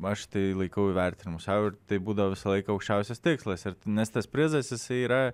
aš tai laikau įvertinimu sau ir tai būdavo visą laiką aukščiausias tikslas nes tas prizas jisai yra